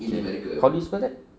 how do you spell that